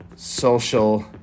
Social